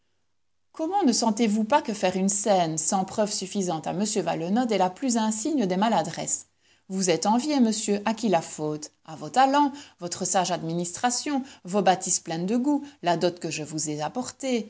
comment ne sentez-vous pas que faire une scène sans preuves suffisantes à m valenod est la plus insigne des maladresses vous êtes envié monsieur à qui la faute à vos talents votre sage administration vos bâtisses pleines de goût la dot que je vous ai apportée